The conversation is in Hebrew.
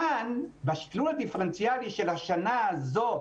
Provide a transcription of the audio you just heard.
לעומת זאת בשקלול הדיפרנציאלי של השנה הזאת,